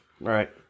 Right